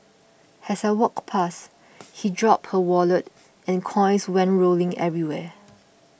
as I walked past he dropped her wallet and coins went rolling everywhere